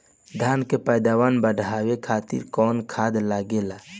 धान के पैदावार बढ़ावे खातिर कौन खाद लागेला?